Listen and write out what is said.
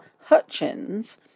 Hutchins